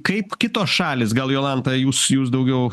kaip kitos šalys gal jolanta jūs jūs daugiau